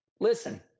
listen